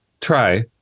Try